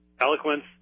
Eloquence